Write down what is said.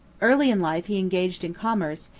early in life he engaged in commerce,